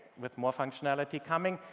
with more functionality coming,